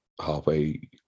halfway